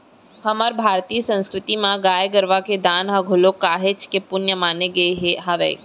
हमर भारतीय संस्कृति म गाय गरुवा के दान ल घलोक काहेच के पुन्य माने गे हावय